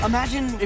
Imagine